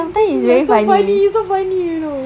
like so funny like so funny you know